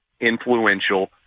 influential